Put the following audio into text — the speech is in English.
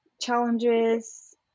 challenges